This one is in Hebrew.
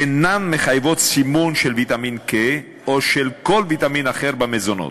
אינן מחייבות סימון של ויטמין K או של כל ויטמין אחר במזונות,